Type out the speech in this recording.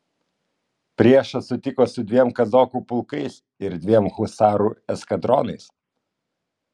priešą sutiko su dviem kazokų pulkais ir dviem husarų eskadronais